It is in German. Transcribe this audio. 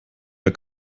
der